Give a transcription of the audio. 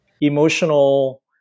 emotional